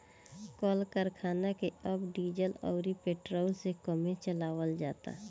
कल करखना के अब डीजल अउरी पेट्रोल से कमे चलावल जाता